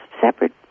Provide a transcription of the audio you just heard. separate